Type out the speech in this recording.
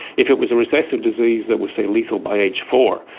if it was a recessive disease that was, say, lethal by age four,